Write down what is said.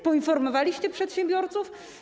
Poinformowaliście przedsiębiorców?